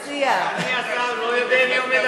אדוני השר, אתה לא יודע מי עומד,